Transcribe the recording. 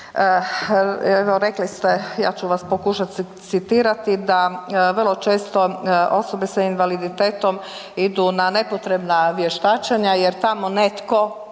rekli ste, ja ću vas pokušati citirati, da vrlo često osobe s invaliditetom idu na nepotrebna vještačenja jer tamo netko,